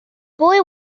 boy